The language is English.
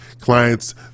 Clients